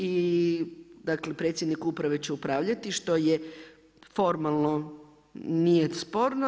I dakle predsjednik uprave će upravljati što je formalno nije sporno.